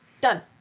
Done